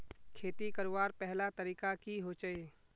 खेती करवार पहला तरीका की होचए?